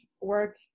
work